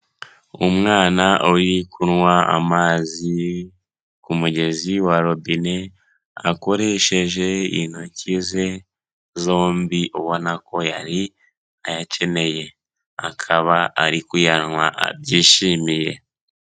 Umwana uri kunywa amazi ku mugezi wa robine akoresheje intoki ze zombi ubona ko yari ayakeneye akaba ari kuyanywa abyishimiye.